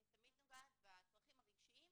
אני תמיד נוגעת בצרכים הרגשיים,